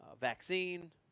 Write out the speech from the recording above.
vaccine